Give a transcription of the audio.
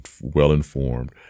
well-informed